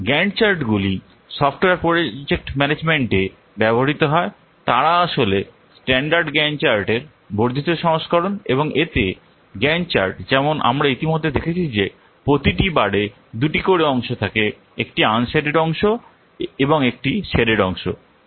Gantt চার্টগুলি software project management এ ব্যবহৃত হয় তারা আসলে স্ট্যান্ডার্ড গ্যান্ট চার্টের বর্ধিত সংস্করণ এবং এতে গ্যান্ট চার্ট যেমন আমরা ইতিমধ্যে দেখেছি যে প্রতিটি বারে দুটি করে অংশ থাকে একটি আনশেডেড অংশ এবং একটি শেডেড অংশ আমরা উদাহরণে দেখব